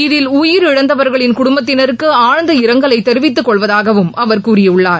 இதில் உயிரிழந்தவர்களின் குடும்பத்தினருக்கு ஆழ்ந்த இரங்கலை தெரிவித்துக் கொள்வதாகவும் அவர் கூறியுள்ளார்